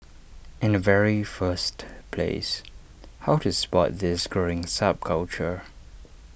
in the very first place how to spot this growing subculture